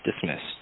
dismissed